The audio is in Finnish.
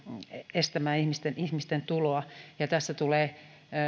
estämään ihmisten ihmisten tuloa tässä tulee